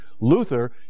Luther